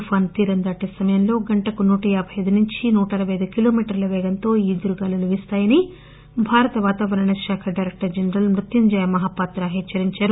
తుపాను తీరం దాటే సమయంలో గంటకు నూట యాబై అయిదు నుంచి నూట అరపై అయిదు కిలోమీటర్ల పేగంతో ఈదురుగాలులు వీస్తాయని భారత వాతావరణ శాఖ డైరెక్టర్ జనరల్ మృత్యుంజయ మహాపాత్ర తెలియచేశారు